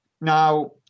Now